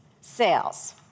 sales